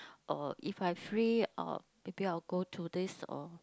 or if I free uh maybe I'll go to this uh